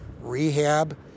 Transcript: rehab